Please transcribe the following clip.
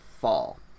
fall